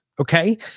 Okay